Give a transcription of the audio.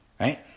right